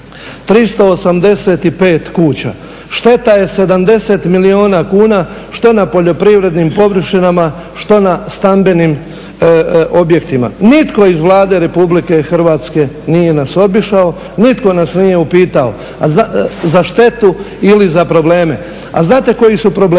385 kuća, šteta je 70 milijuna kuna što na poljoprivrednim površinama, što na stambenim objektima. Nitko iz Vlade Republike Hrvatske nije nas obišao, nitko nas nije upitao za štetu ili za probleme. A znate koji su problemi?